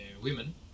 women